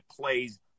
plays